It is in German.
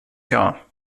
jahr